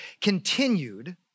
continued